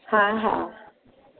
हा हा